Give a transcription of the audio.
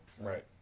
Right